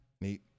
Neat